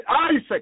Isaac